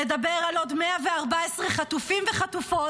לדבר על עוד 114 חטופים וחטופות,